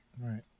right